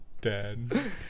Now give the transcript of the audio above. dead